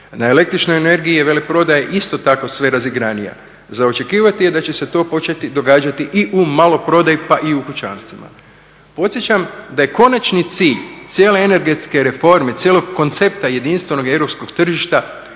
Na električnoj je veleprodaja isto tako sve razigranija. Za očekivati je da će se to početi događati i u maloprodaji pa i u kućanstvima. Podsjećam da je konačni cilj cijele energetske reforme, cijelog koncepta jedinstvenog europskog tržišta